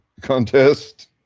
contest